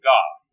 God